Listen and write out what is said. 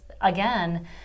again